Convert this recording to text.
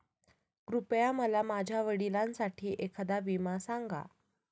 कृपया मला माझ्या वडिलांसाठी एखादा विमा सांगा